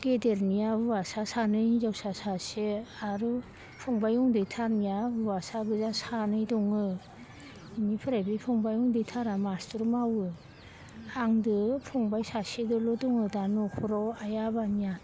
गेदेरनिया हुवासा सानै हिनजावसा सासे आरु फंबाइ उन्दैथारनिया हुवासागोजा सानै दङ इनिफोराय बे फंबाइ उन्दैथारा मास्टर मावो आंदो फंबाइ सासेदोल' दङो दा न'खराव आइ आफानिया